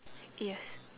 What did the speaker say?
yes